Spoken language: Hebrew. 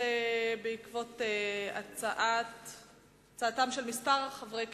בעקבות הצעתם של כמה חברי כנסת,